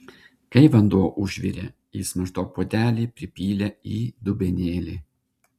kai vanduo užvirė jis maždaug puodelį pripylė į dubenėlį